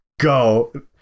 Go